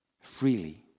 freely